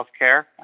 healthcare